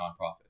nonprofit